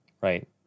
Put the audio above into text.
Right